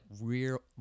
real